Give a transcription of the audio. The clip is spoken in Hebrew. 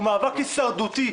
הוא מאבק הישרדותי.